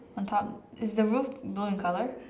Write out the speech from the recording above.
on top is the roof blue in colour